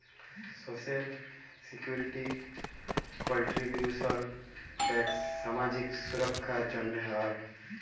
social security contributions tax সামাজিক সুরক্ষার জ্যনহে হ্যয়